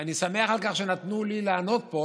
אני שמח על כך שנתנו לי לענות פה,